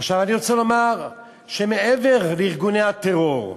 עכשיו, אני רוצה לומר שמעבר לארגוני הטרור,